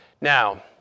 Now